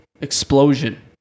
explosion